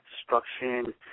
Destruction